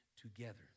together